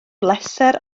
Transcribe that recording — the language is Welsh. bleser